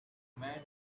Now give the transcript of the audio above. men